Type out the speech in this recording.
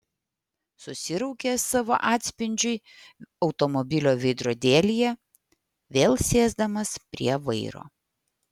susiraukė savo atspindžiui automobilio veidrodėlyje vėl sėsdamas prie vairo